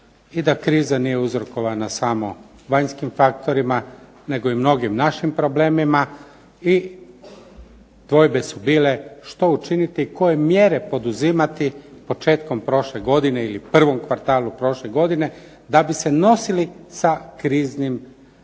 i da kriza nije uzrokovana samo vanjskim faktorima nego i mnogim našim problemima i dvojbe su bile što učiniti, koje mjere poduzimati početkom prošle godine ili u prvom kvartalu prošle godine da bi se nosili sa kriznim trenucima